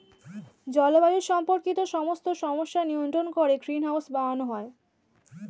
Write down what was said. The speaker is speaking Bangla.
জলবায়ু সম্পর্কিত সমস্ত সমস্যা নিয়ন্ত্রণ করে গ্রিনহাউস বানানো হয়